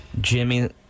Jimmy